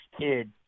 kid